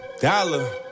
Dollar